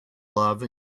love